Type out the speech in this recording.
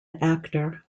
actor